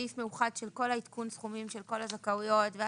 אותו כלל שחל על התגמול יחול לגבי הזכאות הנוספת.